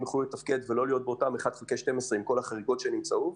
יוכלו לתפקד ולא להיות כפופים לשיטת 1/12 עם כל החריקות שנמצאו בה.